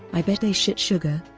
i bet they shit sugar!